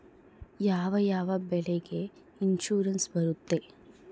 ಯಾವ ಯಾವ ಬೆಳೆಗೆ ಇನ್ಸುರೆನ್ಸ್ ಬರುತ್ತೆ?